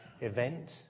event